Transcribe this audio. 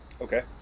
Okay